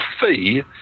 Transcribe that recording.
fee